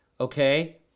okay